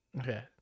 okay